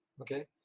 Okay